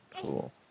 Cool